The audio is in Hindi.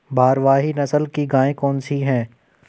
भारवाही नस्ल की गायें कौन सी हैं?